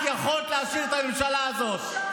את יכולת להשאיר את הממשלה הזאת.